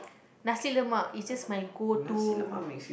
Nasi-Lemak is just my go to